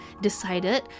decided